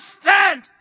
stand